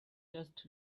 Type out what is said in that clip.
just